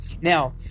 Now